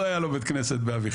לא היה לו בית כנסת באביחיל,